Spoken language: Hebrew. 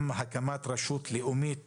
גם הקמת רשות לאומית